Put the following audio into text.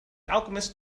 alchemist